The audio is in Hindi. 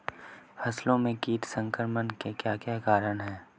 फसलों में कीट संक्रमण के क्या क्या कारण है?